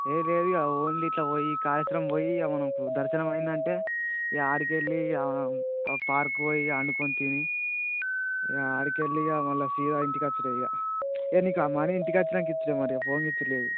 ఏం లేదిక ఓన్లీ ఇట్లా పోయి కాళేశ్వరం పోయి ఇక మనకు దర్శనం అయ్యిందంటే ఇక అక్కడకెళ్ళి ఒక పార్క్ పోయి వండుకొని తిని ఇక అక్కడకెళ్ళి ఇక మళ్ళా సీదా ఇంటికొచ్చుడే ఇక మరి ఏ నీకు ఆ మనీ ఇంటికచ్చినాక ఇచ్చుడే మరి ఫోన్లో ఇచ్చుట లేదు